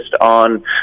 on